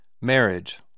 Marriage